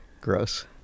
Gross